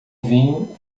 vinho